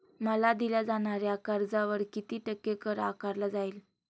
मला दिल्या जाणाऱ्या कर्जावर किती टक्के कर आकारला जाईल?